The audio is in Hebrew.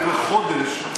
שנתיים וחודש.